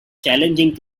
challenging